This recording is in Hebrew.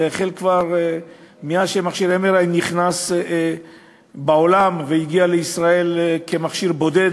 זה חל כבר מאז נכנס מכשיר ה-MRI לעולם הרפואה והגיע לישראל כמכשיר בודד,